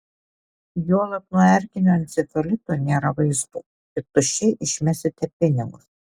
juolab nuo erkinio encefalito nėra vaistų tik tuščiai išmesite pinigus